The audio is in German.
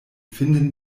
finden